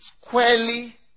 squarely